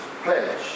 pledge